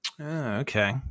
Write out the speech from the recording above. Okay